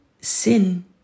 sin